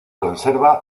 conserva